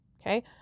Okay